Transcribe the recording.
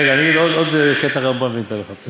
רגע, אני עוד קטע רמב"ם, ואני אתן לך.